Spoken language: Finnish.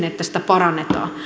että sitä parannetaan